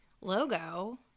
logo